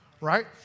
Right